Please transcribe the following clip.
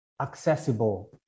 accessible